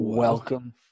Welcome